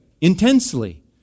intensely